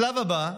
השלב הבא,